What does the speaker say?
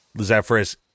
Zephyrus